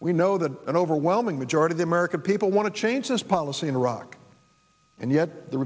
we know that an overwhelming majority the american people want to change this policy in iraq and yet the